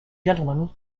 gentlemen